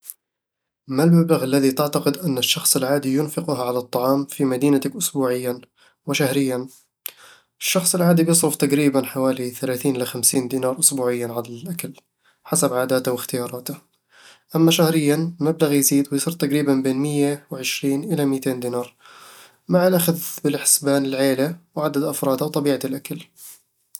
ما المبلغ الذي تعتقد أن الشخص العادي ينفقه على الطعام في مدينتك أسبوعيًا؟ وشهريًا؟ الشخص العادي بيصرف تقريبًا حوالي ثلاثين إلى خمسين دينار أردني أسبوعيًا على الاكل، حسب عاداته واختياراته أما شهريًا، المبلغ يزيد ويصير تقريبًا بين مية وعشرين إلى ميتين دينار، مع الأخذ بالحسبان العيلة وعدد أفرادها وطبيعة الأكل